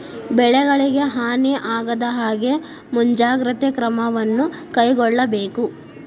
ಬೆಳೆಗಳಿಗೆ ಹಾನಿ ಆಗದಹಾಗೆ ಮುಂಜಾಗ್ರತೆ ಕ್ರಮವನ್ನು ಕೈಗೊಳ್ಳಬೇಕು